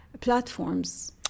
platforms